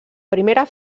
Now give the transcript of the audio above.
primera